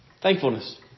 Thankfulness